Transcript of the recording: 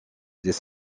des